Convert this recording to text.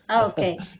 Okay